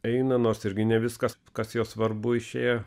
eina nors irgi ne viskas kas jo svarbu išėjo